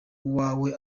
uwawe